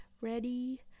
ready